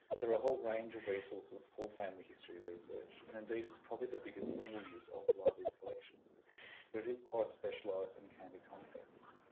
there are a whole range of resources of full family research and indeed it's probably the biggest single use of the library's collections though it is quite specialised and can be complex.